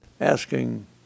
asking